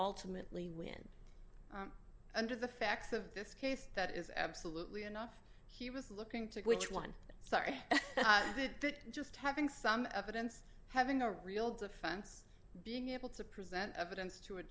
ultimately win under the facts of this case that is absolutely enough he was looking to which one sorry that just having some evidence having a real defense being able to present evidence to a